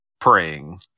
praying